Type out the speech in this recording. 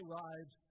lives